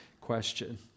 question